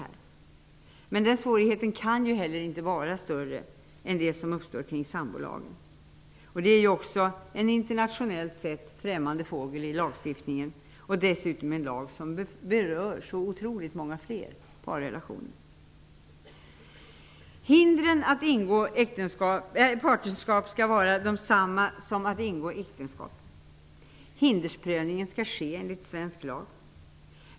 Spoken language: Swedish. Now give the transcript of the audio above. Dessa svårigheter kan kan inte heller vara större än de svårigheter som uppstår kring sambolagen. Den lagen är också en internationellt sett främmande fågel. Det är dessutom en lag som berör otroligt många fler parrelationer. Hindren för att ingå partnerskap skall vara de samma som gäller för äktenskap. Hindersprövningen skall ske enligt svensk lag.